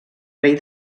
rei